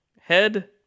Head